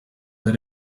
they